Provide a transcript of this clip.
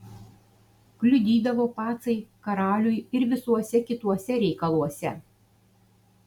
kliudydavo pacai karaliui ir visuose kituose reikaluose